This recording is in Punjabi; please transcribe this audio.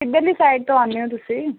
ਕਿੱਧਰਲੀ ਸਾਈਡ ਤੋਂ ਆਉਂਦੇ ਹੋ ਤੁਸੀਂ